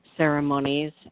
Ceremonies